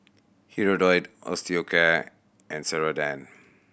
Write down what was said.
Hirudoid Osteocare and Ceradan